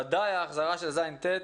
וודאי החזרה של כיתות ז'-ט',